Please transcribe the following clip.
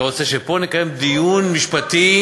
אתה רוצה שפה נקיים דיון משפטי?